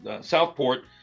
Southport